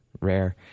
rare